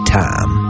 time